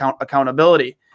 accountability